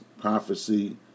prophecy